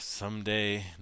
Someday